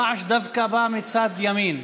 הרעש דווקא בא מצד ימין.